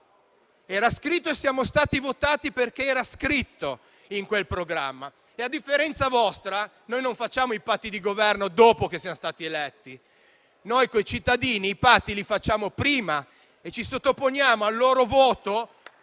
era scritto e siamo stati votati perché era scritto in quel programma. A differenza vostra, noi non facciamo i patti di Governo dopo che siamo stati eletti. Noi con i cittadini i patti li facciamo prima e ci sottoponiamo al loro voto